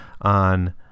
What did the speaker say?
on